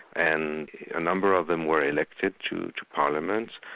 and a number of them were elected to to parliament,